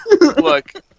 Look